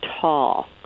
tall